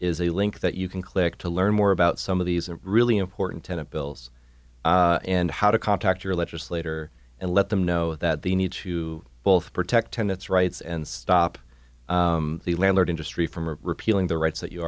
is a link that you can click to learn more about some of these are really important tenant bills and how to contact your legislator and let them know that they need to both protect tenants rights and stop the landlord industry from repealing the rights that you